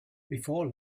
before